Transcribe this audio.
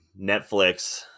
Netflix